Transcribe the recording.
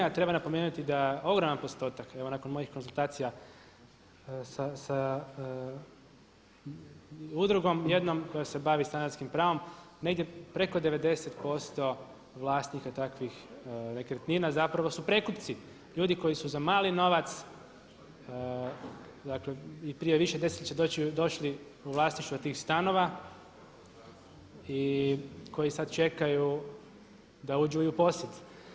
A treba napomenuti da ogroman postotak evo nakon mojih konzultacija sa udrugom jednom koja se bavi stanarskim pravom negdje preko 90% vlasnika takvih nekretnina zapravo su prekupci, ljudi koji su za mali novac i prije više desetljeća došli u vlasništvo tih stanova i koji sada čekaju da uđu i u posjed.